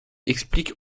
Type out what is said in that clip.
explique